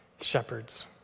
shepherds